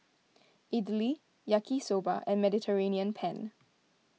Idili Yaki Soba and Mediterranean Penne